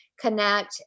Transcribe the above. connect